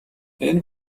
энэ